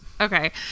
Okay